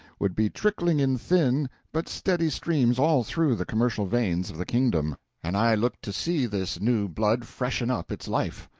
would be trickling in thin but steady streams all through the commercial veins of the kingdom, and i looked to see this new blood freshen up its life.